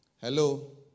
Hello